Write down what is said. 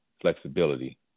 flexibility